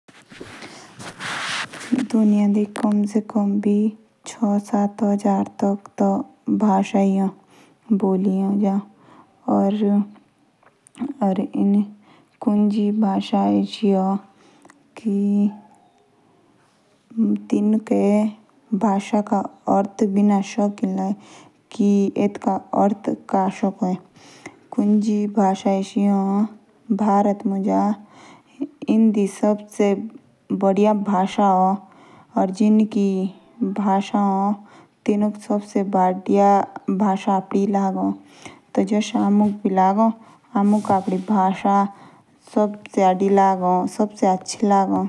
दुनिया दी किमी से कम बी या हजार भाहा बोली जाओ। इन्हें मुझे कुज्जी भाषा ए सी ए जो समझ बी ना आओ।